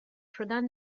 شدن